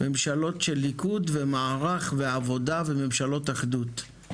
ממשלות של ליכוד, מערך, עבודה וממשלות אחדות.